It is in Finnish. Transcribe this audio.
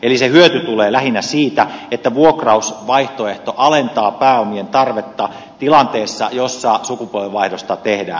eli se hyöty tulee lähinnä siitä että vuokrausvaihtoehto alentaa pääomien tarvetta tilanteessa jossa sukupolvenvaihdosta tehdään